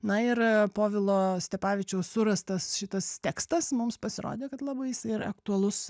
na ir povilo stepavičiaus surastas šitas tekstas mums pasirodė kad labai jis ir aktualus vis